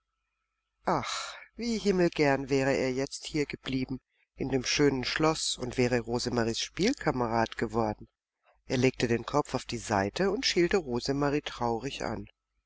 ach wie himmelgern wäre er jetzt hiergeblieben in dem schönen schloß und wäre rosemaries spielkamerad geworden er legte den kopf auf die seite und schielte rosemarie traurig an